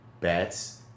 Bats